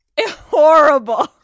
horrible